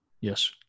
Yes